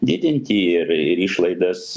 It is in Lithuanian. didinti ir ir išlaidas